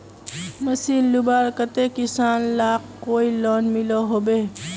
Machine लुबार केते किसान लाक कोई लोन मिलोहो होबे?